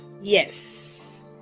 yes